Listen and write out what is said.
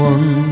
One